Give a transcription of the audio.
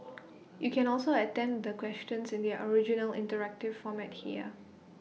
you can also attempt the questions in their original interactive format here